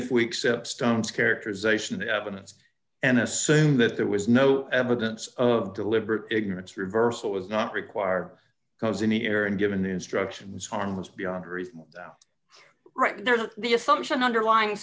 if we accept stone's characterization of the evidence and assume that there was no evidence of deliberate ignorance reversal was not required because in the air and given instructions harmless beyond reasonable doubt right there the assumption underlying